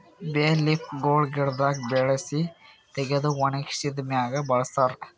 ಬೇ ಲೀಫ್ ಗೊಳ್ ಗಿಡದಾಗ್ ಬೆಳಸಿ ತೆಗೆದು ಒಣಗಿಸಿದ್ ಮ್ಯಾಗ್ ಬಳಸ್ತಾರ್